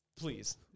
Please